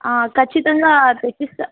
ఖచ్చితంగా తెప్పిస్తా